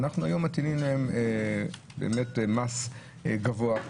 ואנחנו היום מטילים עליהם מס גבוה,